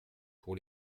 pour